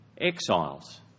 Exiles